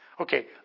Okay